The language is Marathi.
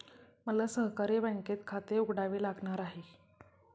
मला सहकारी बँकेत खाते उघडावे लागणार आहे